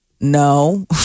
no